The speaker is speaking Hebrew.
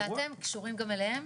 ואתם קשורים גם אליהם?